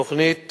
תוכנית